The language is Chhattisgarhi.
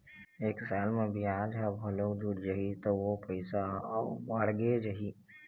एक साल म बियाज ह घलोक जुड़ जाही त ओ पइसा ह अउ बाड़गे जाही